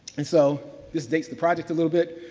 and so, this takes the project a little bit.